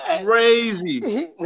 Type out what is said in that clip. crazy